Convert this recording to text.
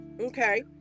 Okay